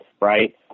right